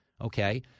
Okay